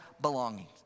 belongings